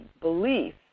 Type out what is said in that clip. belief